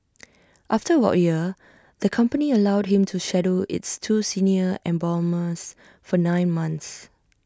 after about A year the company allowed him to shadow its two senior embalmers for nine months